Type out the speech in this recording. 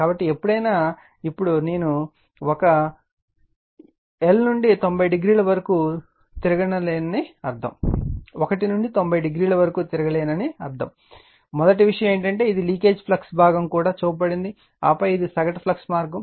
కాబట్టి ఎప్పుడైనా ఇప్పుడు ఇక్కడ నేను 1 నుండి 90o వరకు తిరగలేనని అర్థం చేసుకోవాలి మొదటి విషయం ఏమిటంటే ఇది లీకేజ్ ఫ్లక్స్ భాగం కూడా చూపబడింది ఆపై ఇది సగటు ఫ్లక్స్ మార్గం